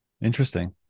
Interesting